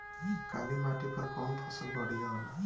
काली माटी पर कउन फसल बढ़िया होला?